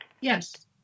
Yes